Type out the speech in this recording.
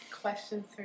questions